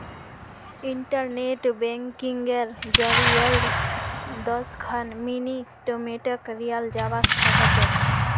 internet बैंकिंगेर जरियई स दस खन मिनी स्टेटमेंटक लियाल जबा स ख छ